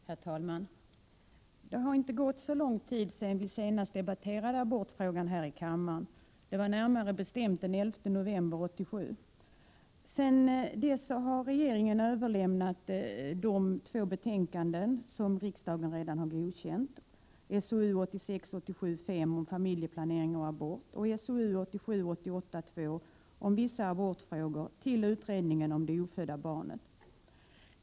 Herr talman! Det har inte gått så lång tid sedan vi senast debatterade abortfrågan här i kammaren; det var närmare bestämt den 11 november 1987. Sedan dess har regeringen överlämnat de av riksdagen godkända betänkandena SOU 1986 88:2 om vissa abortfrågor, till utredningen om det ofödda barnet.